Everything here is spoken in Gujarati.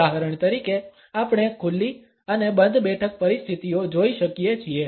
ઉદાહરણ તરીકે આપણે ખુલ્લી અને બંધ બેઠક પરિસ્થિતિઓ જોઈ શકીએ છીએ